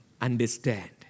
understand